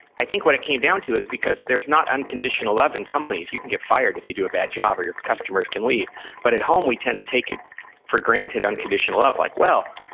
i think what it came down to, is because there's not unconditional love in companies. you can get fired if you do a bad job, or your customers can leave but at home, we tend to take it for granted, unconditional love. like well,